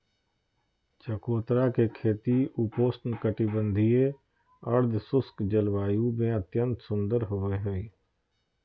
चकोतरा के खेती उपोष्ण कटिबंधीय, अर्धशुष्क जलवायु में अत्यंत सुंदर होवई हई